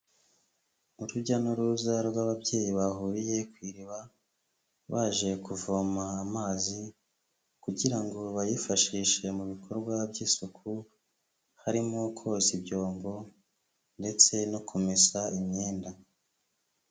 Urujya n'uruza rw'ababyeyi bahuriye kui iriba baje kuvoma amazi kugira ngo bayifashishe mu bikorwa by'isuku harimo koza ibyombo ndetse no kumesa imyenda.